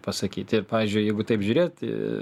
pasakyti pavyzdžiui jeigu taip žiūrėti